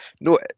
no